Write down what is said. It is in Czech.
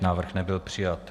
Návrh nebyl přijat.